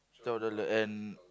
twelve dollar and